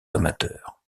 amateurs